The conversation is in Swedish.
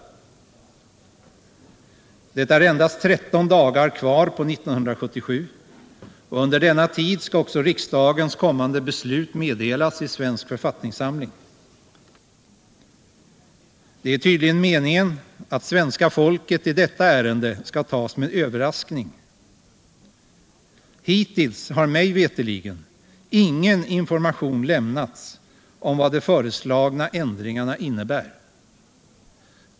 Det är endast 13 dagar kvar på 1977, och under denna tid skall också riksdagens kommande beslut meddelas i Svensk författningssamling. Det är tydligen meningen att svenska folket i detta ärende skall tas med överraskning. Hittills har mig veterligt ingen information lämnats om vad de föreslagna ändringarna innebär.